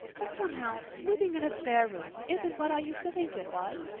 but somehow sleeping in a spare room isn't what i used to think it was.